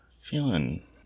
Feeling